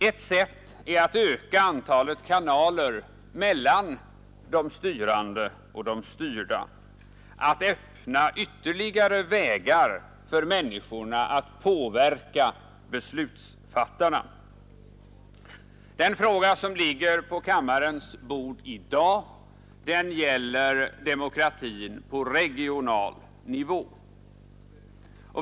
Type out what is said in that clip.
Ett sätt är att öka antalet kanaler mellan de styrande och de styrda, att öppna ytterligare vägar för människorna att påverka beslutsfattarna. Den fråga som ligger på kammarens bord i dag gäller demokratin på regional nivå.